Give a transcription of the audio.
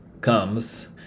comes